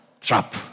trap